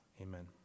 amen